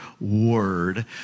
word